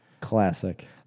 Classic